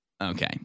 okay